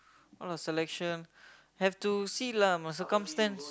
no lah selection have to see lah must circumstance